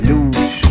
Lose